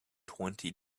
twenty